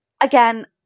Again